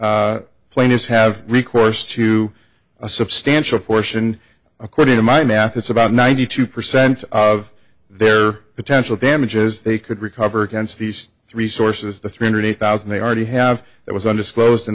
the plaintiffs have recourse to a substantial portion according to my math that's about ninety two percent of their potential damages they could recover against these three sources the three hundred thousand they already have that was undisclosed in